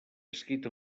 escrit